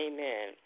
Amen